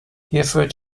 hierfür